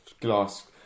glass